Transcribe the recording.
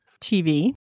TV